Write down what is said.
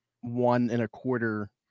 one-and-a-quarter